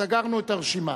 סגרנו את הרשימה.